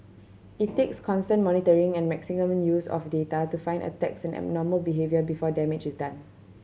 it takes constant monitoring and maximum use of data to find attacks and abnormal behaviour before damage is done